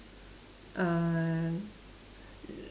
uh